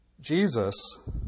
Jesus